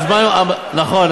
הזמן, נכון.